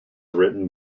written